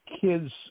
kids